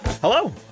Hello